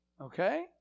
okay